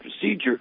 procedure